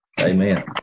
Amen